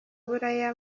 buraya